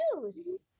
news